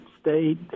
state